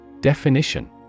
Definition